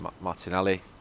Martinelli